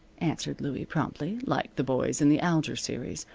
answered louie, promptly, like the boys in the alger series.